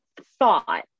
thought